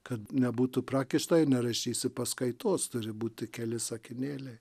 kad nebūtų prakišta ir nerašysi paskaitos turi būti keli sakinėliai